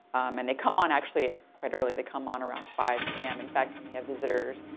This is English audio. and they come on actually ah quite early. they come on around five p m. in fact, when we have visitors,